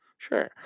Sure